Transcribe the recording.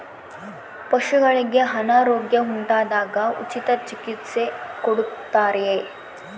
ಪಶುಗಳಿಗೆ ಅನಾರೋಗ್ಯ ಉಂಟಾದಾಗ ಉಚಿತ ಚಿಕಿತ್ಸೆ ಕೊಡುತ್ತಾರೆಯೇ?